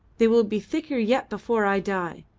they will be thicker yet before i die.